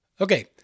Okay